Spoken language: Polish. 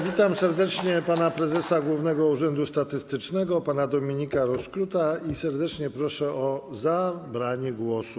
Witam serdecznie pana prezesa Głównego Urzędu Statystycznego, pana Dominika Rozkruta, i serdecznie proszę pana prezesa o zabranie głosu.